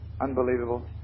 Unbelievable